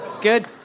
good